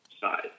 side